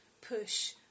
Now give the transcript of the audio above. push